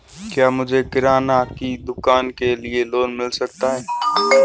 क्या मुझे किराना की दुकान के लिए लोंन मिल सकता है?